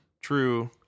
true